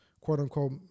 quote-unquote